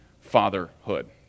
fatherhood